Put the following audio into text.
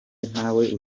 ntawe